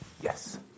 Yes